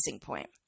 point